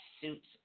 suits